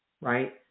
right